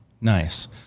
nice